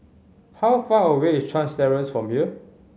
how far away is Chuan Terrace from here